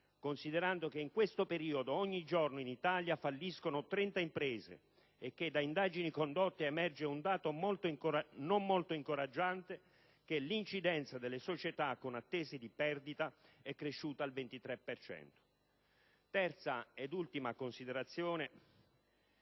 considerando che in questo periodo ogni giorno in Italia falliscono 30 imprese e che da indagini condotte emerge un dato non molto incoraggiante, ossia che l'incidenza delle società con attese di perdita è cresciuta al 23 per cento. Terza ed ultima considerazione: